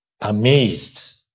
amazed